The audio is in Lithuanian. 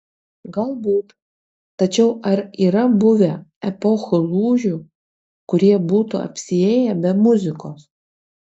galbūt tačiau ar yra buvę epochų lūžių kurie būtų apsiėję be muzikos